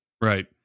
right